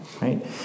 right